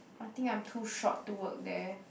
I think I'm too short to work there